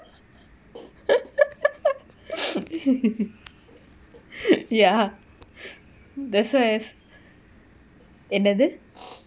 ya that's why yes என்னது:ennathu